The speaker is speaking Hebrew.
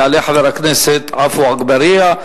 יעלה חבר הכנסת עפו אגבאריה,